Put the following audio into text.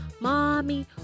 Mommy